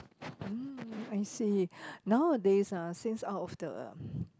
mm I see nowadays ah since out of the